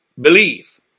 believe